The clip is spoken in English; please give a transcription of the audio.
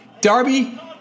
Darby